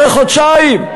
אחרי חודשיים?